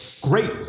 Great